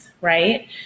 right